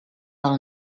del